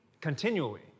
continually